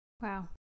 Wow